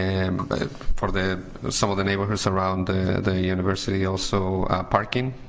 and but for the some of the neighborhoods around the the university also parking